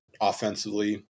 offensively